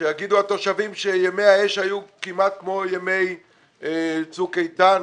יאמרו התושבים שימי האש היו כמעט כמו ימי צוק איתן.